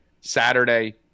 Saturday